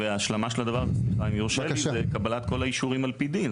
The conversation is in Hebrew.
וההשלמה של הדבר הזה זה קבלת אישורים על פי דין.